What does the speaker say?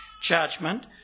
judgment